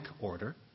order